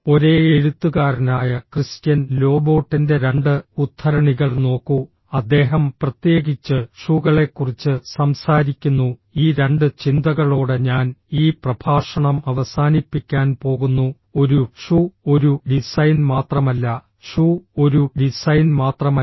ഒരേ എഴുത്തുകാരനായ ക്രിസ്റ്റ്യൻ ലോബോട്ടിൻ്റെ രണ്ട് ഉദ്ധരണികൾ നോക്കൂ അദ്ദേഹം പ്രത്യേകിച്ച് ഷൂകളെക്കുറിച്ച് സംസാരിക്കുന്നു ഈ രണ്ട് ചിന്തകളോടെ ഞാൻ ഈ പ്രഭാഷണം അവസാനിപ്പിക്കാൻ പോകുന്നു ഒരു ഷൂ ഒരു ഡിസൈൻ മാത്രമല്ല ഷൂ ഒരു ഡിസൈൻ മാത്രമല്ല